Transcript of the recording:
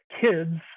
kids